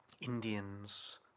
Indians